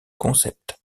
concept